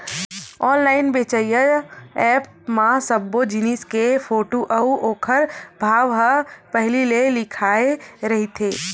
online बेचइया app म सब्बो जिनिस के फोटू अउ ओखर भाव ह पहिली ले लिखाए रहिथे